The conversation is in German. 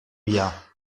mir